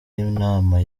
inama